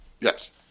Yes